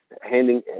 handing